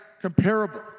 comparable